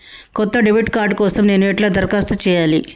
కొత్త debit card కోసం నేను ఎట్లా దరఖాస్తు చేయాలి?